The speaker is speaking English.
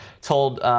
told